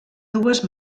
dues